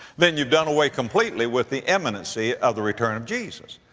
then you've done away completely with the imminency of the return of jesus.